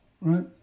right